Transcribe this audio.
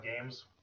games